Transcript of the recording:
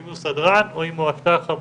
אם הוא סדרן או אם הוא מאבטח חמוש.